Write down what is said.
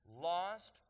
lost